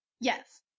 Yes